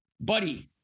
buddy